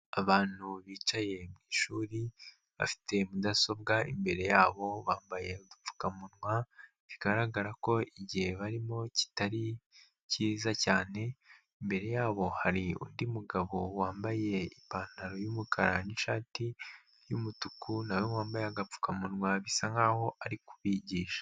Abantu bicaye mwi ishuri, bafite mudasobwa imbere yabo, bambaye udupfukamunwa bigaragara ko igihe barimo kitari cyiza cyane, imbere yabo hari undi mugabo wambaye ipantaro y'umukara n'ishati y'umutuku, nawe wambaye agapfukamunwa bisa nk'aho ari kubigisha.